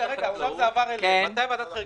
לפני חמש